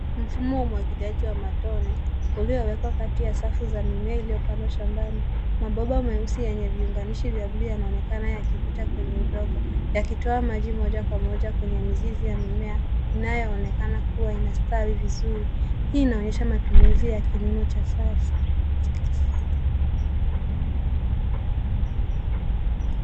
Mfumo wa umwagiliaji wa matone uliowekwa kati ya safu za mimea iliyopandwa shambani. Mobomba meusi yenye vuinganishi vya bluu inaonekana yakipita kwenye udongo yakitoa maji moja kwa moja kwenye mizizi ya mimea inayo onekana kuwa inastawi vizuri. Hii inaonyesha matumizi ya kilimo cha sasa.